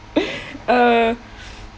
uh